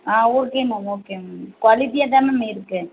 ஆ okay ma'am okay ma'am குவாலிட்டியாகதான் ma'am இருக்குது